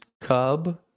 cub